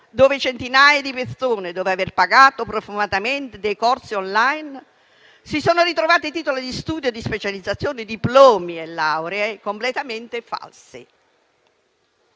dove centinaia di persone, dopo aver pagato profumatamente dei corsi *on line,* si sono ritrovate titoli di studio e di specializzazione, diplomi e lauree completamente falsi.